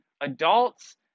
adults